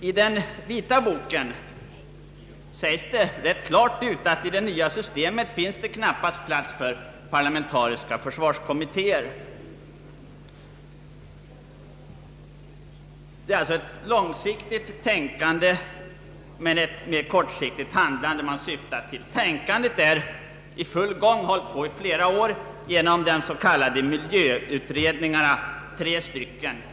I den vita boken sägs det rätt klart ut att det i det nya systemet knappast finns plats för parlamentariska försvarskommittéer. Det är alltså ett långsiktigt tänkande, men ett mer kortsiktigt handlande man syftar till. Tänkandet är i full gång och har hållit på flera år genom de tre s.k. miljöutredningarna.